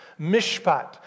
mishpat